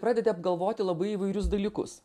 pradedi apgalvoti labai įvairius dalykus